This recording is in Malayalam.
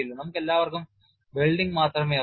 നമുക്കെല്ലാവർക്കും വെൽഡിംഗ് മാത്രമേ അറിയൂ